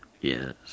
Yes